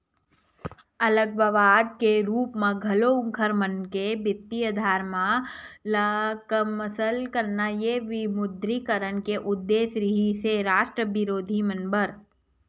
अलगाववाद के रुप म घलो उँखर मन के बित्तीय अधार मन ल कमसल करना ये विमुद्रीकरन के उद्देश्य रिहिस हे रास्ट बिरोधी मन बर